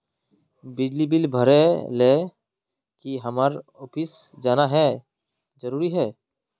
बिजली बिल भरे ले की हम्मर ऑफिस जाना है जरूरी है?